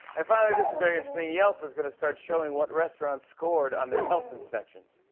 and finally, this is very interesting. yelp is going to start showing what restaurants scored on their health inspections.